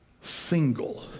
single